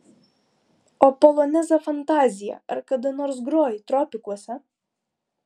o polonezą fantaziją ar kada nors grojai tropikuose